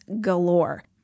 galore